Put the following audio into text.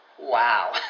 wow